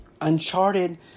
Uncharted